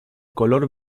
color